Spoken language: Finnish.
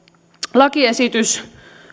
lakiesitys